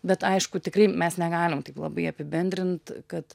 bet aišku tikrai mes negalim taip labai apibendrint kad